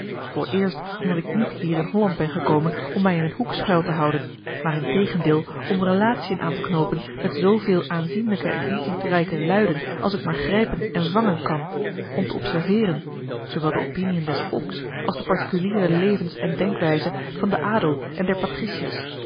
vooreerst omdat ik niet hier in holland ben gekomen om mij in een hoek schuil te houden maar integendeel om relatiën aan te knoopen met zooveel aanzienlijke en invloedrijke luiden als ik maar grijpen en vangen kan om te observeeren zoowel de opiniën des volks als de particuliere levens en denkwijze van den adel en der patriciërs